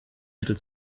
mittel